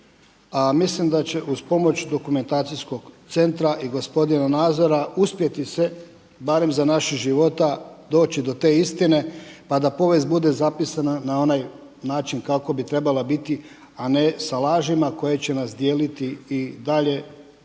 A mislim da će uz pomoć Dokumentacijskog centra i gospodina Nazora uspjeti se barem za našeg života doći do te istine pa da povijest bude zapisana na onaj način kako bi trebali biti, a ne sa lažima koje će nas dijeliti i dalje